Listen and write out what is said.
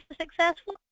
successful